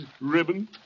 ribbon